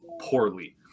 poorly